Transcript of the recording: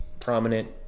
prominent